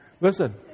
Listen